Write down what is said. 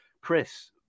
Chris